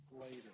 later